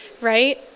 right